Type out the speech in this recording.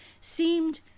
seemed